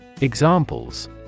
Examples